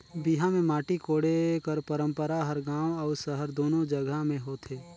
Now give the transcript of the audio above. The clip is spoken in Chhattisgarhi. बिहा मे माटी कोड़े कर पंरपरा हर गाँव अउ सहर दूनो जगहा मे होथे